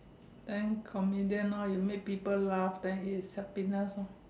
then comedian orh you make people laugh then it's happiness ah